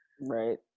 Right